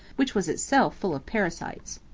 which was itself full of parasites.